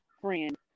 friend